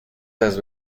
has